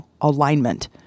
alignment